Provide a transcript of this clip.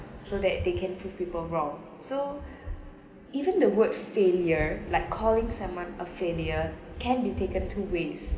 so that they can prove people wrong so even the word failure like calling someone a failure can be taken two ways